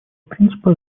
принципа